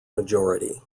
majority